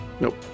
Nope